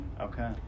Okay